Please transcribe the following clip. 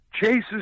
chases